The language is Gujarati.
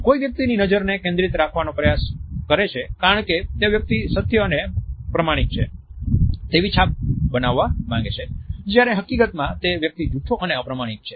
કોઈ વ્યક્તિની નજર ને કેન્દ્રિત રાખવાનો પ્રયાસ કરે છે કારણ કે તે વ્યક્તિ સત્ય અને પ્રમાણિક છે તેવી છાપ બનાવવા માંગે છે જ્યારે હકીકતમાં તે વ્યક્તિ જૂઠો અને અપ્રમાણિક છે